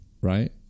right